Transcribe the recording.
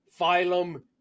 phylum